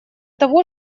того